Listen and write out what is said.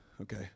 Okay